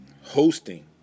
hosting